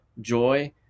joy